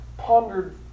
pondered